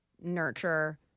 nurture